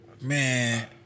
man